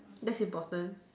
that's important